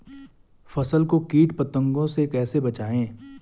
फसल को कीट पतंगों से कैसे बचाएं?